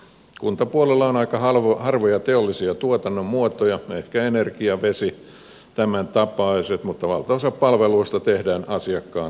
kuntapuolella on aika harvoja teollisia tuotannonmuotoja ehkä energia vesi tämäntapaiset mutta valtaosa palveluista tehdään asiakkaan läsnä ollessa